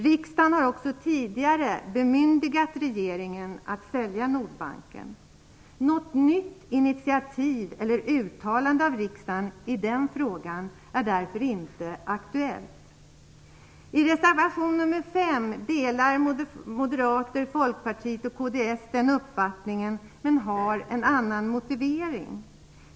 Riksdagen har också tidigare bemyndigat regeringen att sälja Nordbanken. Något nytt initiativ eller uttalande av riksdagen i frågan är därför inte aktuellt. I reservation nr 5 delar Moderaterna, Folkpartiet och kds den uppfattningen men har en annan motivering.